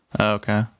Okay